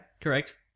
Correct